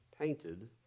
painted